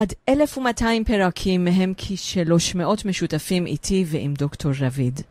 עד 1200 פרקים מהם כ300 משותפים איתי ועם דוקטור רביד.